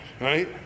right